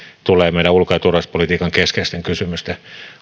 tulee esille meidän ulko ja turvallisuuspolitiikkamme keskeisten kysymysten